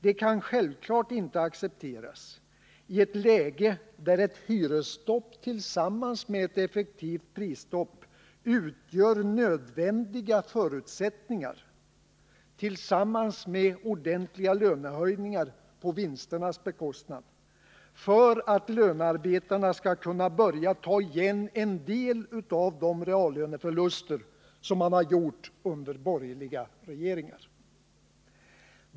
Det kan självfallet inte accepteras i ett läge där ett hyresstopp tillsammans med ett effektivt prisstopp och tillsammans med ordentligt höjda löner på vinsternas bekostnad utgör nödvändiga förutsättningar för att lönearbetarna skall kunna börja ta igen en del av de reallöneförluster man gjort under borgerliga regeringar.